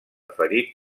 ferit